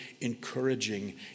encouraging